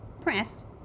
Press